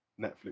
Netflix